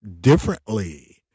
differently